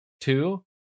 Two